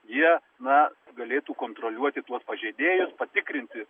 jie na galėtų kontroliuoti tuos pažeidėjus patikrinti